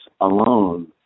alone